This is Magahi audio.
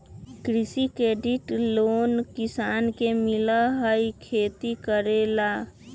कृषि क्रेडिट लोन किसान के मिलहई खेती करेला?